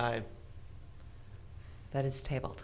that is table